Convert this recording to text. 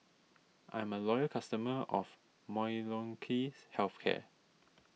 I'm a loyal customer of Molnylcke's Health Care